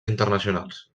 internacionals